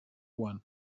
one